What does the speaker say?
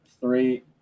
three